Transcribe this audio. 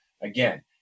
Again